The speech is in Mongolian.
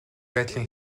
байдлын